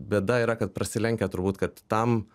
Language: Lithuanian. bėda yra kad prasilenkia turbūt kad tam